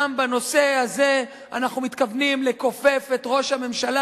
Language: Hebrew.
גם בנושא הזה אנחנו מתכוונים לכופף את ראש הממשלה.